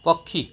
ପକ୍ଷୀ